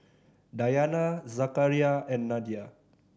Dayana Zakaria and Nadia